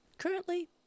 Currently